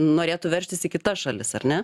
norėtų veržtis į kitas šalis ar ne